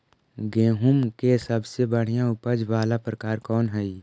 गेंहूम के सबसे बढ़िया उपज वाला प्रकार कौन हई?